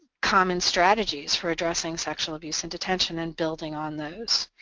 common strategies for addressing sexual abuse in detention and building on those.